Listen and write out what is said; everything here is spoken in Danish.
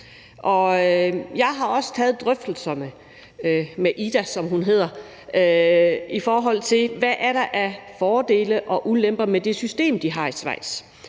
jeg har også taget drøftelserne med Ida, som en af dem hedder, i forhold til hvad der er af fordele og ulemper med det system, de har i Schweiz.